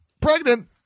pregnant